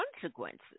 consequences